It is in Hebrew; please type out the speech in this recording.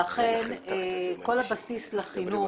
אכן, כל הבסיס לחינוך